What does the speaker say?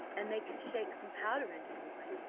and they could shake some powder into the wine,